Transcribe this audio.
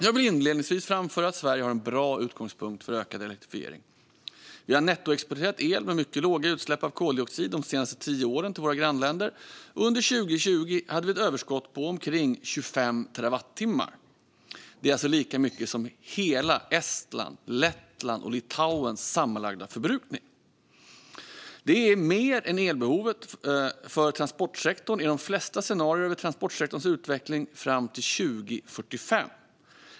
Jag vill inledningsvis framföra att Sverige har en bra utgångspunkt för en ökad elektrifiering. Vi har nettoexporterat el med mycket låga utsläpp av koldioxid de senaste tio åren till våra grannländer, och under 2020 hade vi ett elöverskott på omkring 25 terawattimmar. Det är alltså lika mycket som hela Estlands, Lettlands och Litauens sammanlagda förbrukning, och det är mer än elbehovet för transportsektorn i de flesta scenarier över transportsektorns utveckling fram till 2045.